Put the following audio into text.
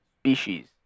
species